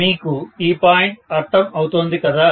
మీకు ఈ పాయింట్ అర్థం అవుతోంది కదా